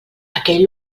aquell